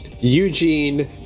Eugene